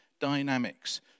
dynamics